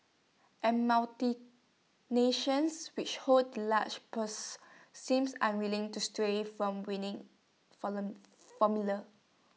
and multi nations which hold the large purses seem unwilling to stray from winning formulas